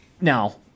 now